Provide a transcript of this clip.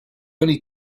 only